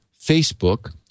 Facebook